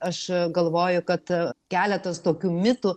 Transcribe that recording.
aš galvoju kad keletas tokių mitų